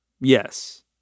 yes